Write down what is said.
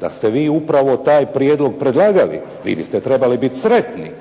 da ste vi upravo taj prijedlog predlagali, vi biste trebali bit sretni,